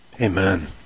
Amen